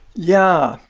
yeah.